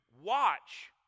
Watch